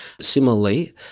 Similarly